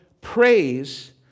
praise